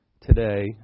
today